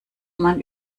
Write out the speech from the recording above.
man